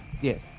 Yes